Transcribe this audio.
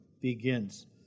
begins